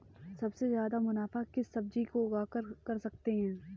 सबसे ज्यादा मुनाफा किस सब्जी को उगाकर कर सकते हैं?